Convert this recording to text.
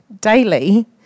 daily